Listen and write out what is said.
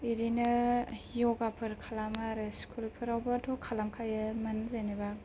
एरैनो य'गा फोर खालामो आरो स्कुल फोरावबोथ' खालाम खायोमोन जेनोबा